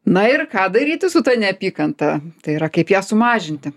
na ir ką daryti su ta neapykanta tai yra kaip ją sumažinti